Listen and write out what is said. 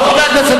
יש חוק,